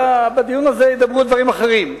בדיון הזה ידברו דברים אחרים.